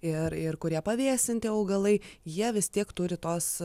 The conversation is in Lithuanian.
ir ir kurie pavėsinti augalai jie vis tiek turi tos